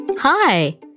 Hi